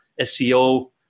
SEO